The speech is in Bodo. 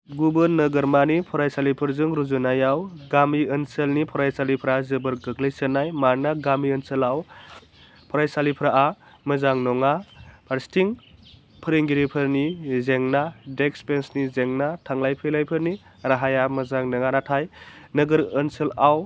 गुबुन नोगोरमानि फरायसालिफोरजों रुजुनायाव गामि ओनसोलनि फरायसालिफ्रा जोबोर गोग्लैसोनाय मानोना गामि ओनसोलाव फरायसालिफोरआ मोजां नङा फारसेथिं फोरोंगिरिफोरनि जेंना डेस्क बेन्सनि जेंना थांलाय फैलायफोरनि राहाया मोजां नङा नाथाय नोगोर ओनसोलाव